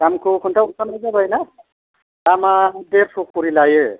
दामखौ खोन्थाहरखानाय जाबाय ना दामा देरस' खरि लायो